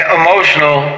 emotional